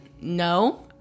No